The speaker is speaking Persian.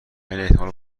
احتمال